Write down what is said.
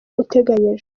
uteganyijwe